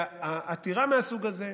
והעתירה מהסוג הזה,